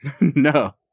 no